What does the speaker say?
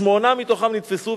שמונה מהם נתפסו,